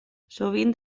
sovint